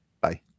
bye